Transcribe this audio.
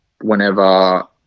whenever